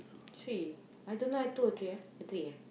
three I don't eh two or three ah